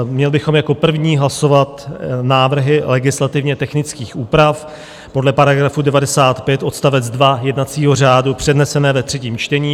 Měli bychom jako první hlasovat návrhy legislativně technických úprav podle § 95 odst. 2 jednacího řádu přednesené ve třetím čtení.